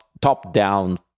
top-down